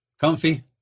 comfy